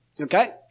Okay